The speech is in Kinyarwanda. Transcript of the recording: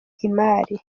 imari